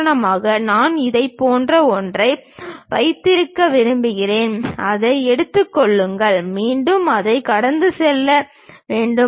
உதாரணமாக நான் இதைப் போன்ற ஒன்றை வைத்திருக்க விரும்புகிறேன் அதை எடுத்துக் கொள்ளுங்கள் மீண்டும் அதைக் கடந்து செல்ல வேண்டும்